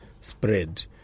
spread